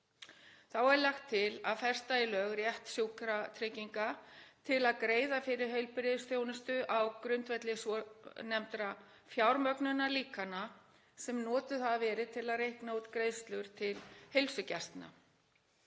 Þá er lagt til að festa í lög rétt Sjúkratrygginga til að greiða fyrir heilbrigðisþjónustu á grundvelli svonefndra fjármögnunarlíkana sem notuð hafa verið til að reikna út greiðslur til heilsugæslna.